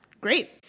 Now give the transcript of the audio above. Great